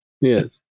Yes